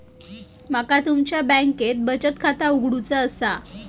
माका तुमच्या बँकेत बचत खाता उघडूचा असा?